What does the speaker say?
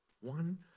One